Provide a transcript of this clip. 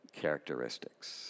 characteristics